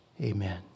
amen